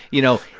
you know,